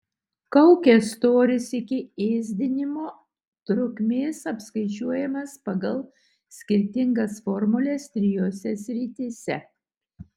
kaukės storis iki ėsdinimo trukmės apskaičiuojamas pagal skirtingas formules trijose srityse